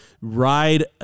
ride